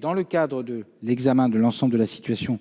dans le cadre de l'examen de l'ensemble de la situation